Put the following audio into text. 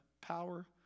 power